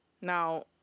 Now